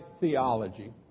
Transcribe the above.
theology